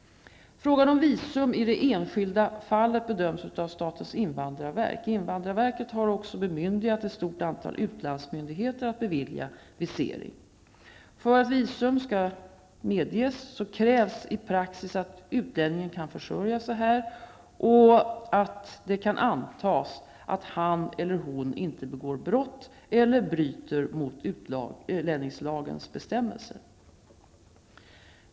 Fråga om visum i det enskilda fallet prövas av statens invandrarverk. Invandrarverket har också bemyndigat ett stort antal utlandsmyndigheter att bevilja visering. För att visum skall medges krävs i praxis att utlänningen kan försörja sig här och att det kan antas att han eller hon inte begår brott eller bryter mot utlänningslagens bestämmelser.